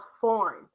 foreign